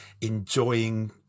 enjoying